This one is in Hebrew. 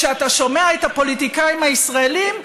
כשאתה שומע את הפוליטיקאים הישראלים,